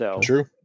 True